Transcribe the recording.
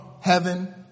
heaven